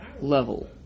level